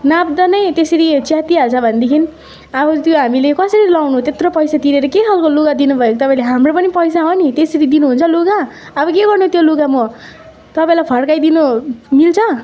नाप्दा नै त्यसरी च्यातिहाल्छ भनेदेखिन् अब त्यो हामीले कसरी लगाउनु त्यत्रो पैसा तिरेर के खालको लुगा दिनुभएको तपाईँले हाम्रो पनि पैसा हो नि त्यसरी दिनु हुन्छ लुगा अब के गर्नु त्यो लुगा म तपाईँलाई फर्काइदिनु मिल्छ